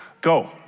Go